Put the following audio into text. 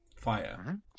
fire